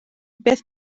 beth